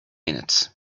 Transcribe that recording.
minutes